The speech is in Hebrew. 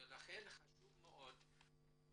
לכן חשוב מאוד להבין